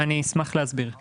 אני אשמח להסביר.